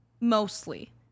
Mostly